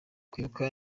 kwibuka